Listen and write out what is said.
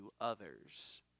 others